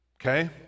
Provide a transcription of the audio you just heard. Okay